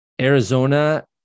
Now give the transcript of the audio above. Arizona